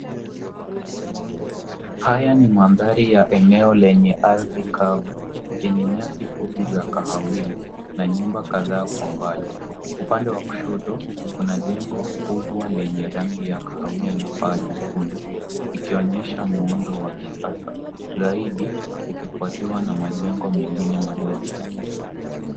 Haya ni mandhari ya eneo lenye ardhi kavu yenye nyasi fupi za kahawia na nyumba kadhaa kwa mbali. Upande wa kushoto kuna jengo kubwa lenye rangi ya kahawia na paa jekundu ikionyesha muundo wa kisasa zaidi ikufuatiwa na majengo mengine madogo.